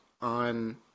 on